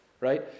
Right